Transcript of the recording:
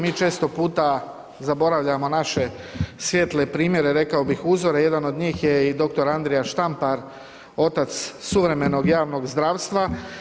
Mi često puta zaboravljamo naše svijetle primjere, rekao bih uzore, jedan od njih je i dr. Andrija Štampar otac suvremenog javnog zdravstva.